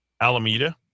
Alameda